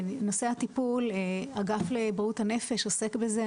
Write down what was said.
בנושא הטיפול אגף לבריאות הנפש עוסק בזה,